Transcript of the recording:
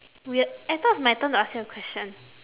weird I thought it's my turn to ask you a question